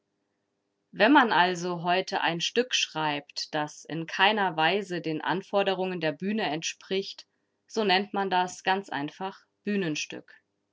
wenn man also heute ein stück schreibt das in keiner weise den anforderungen der bühne entspricht so nennt man das ganz einfach bühnenstück